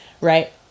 Right